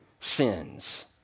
sins